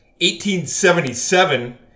1877